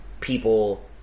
people